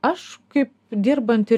aš kaip dirbanti